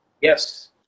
Yes